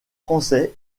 français